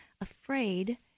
afraid